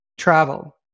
travel